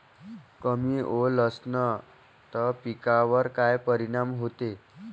कमी ओल असनं त पिकावर काय परिनाम होते?